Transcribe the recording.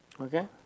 Okay